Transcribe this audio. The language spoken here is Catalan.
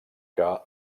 que